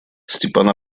степан